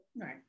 Right